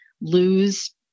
lose